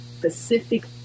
Pacific